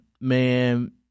man